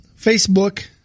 Facebook –